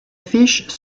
fiches